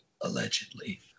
Allegedly